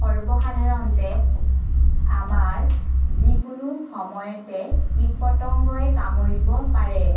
সৰ্বসাধাৰণতে আমাৰ যিকোনো সময়তে কীট পতংগই কামোৰিব পাৰে